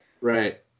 Right